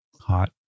Hot